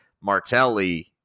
Martelli